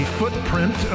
footprint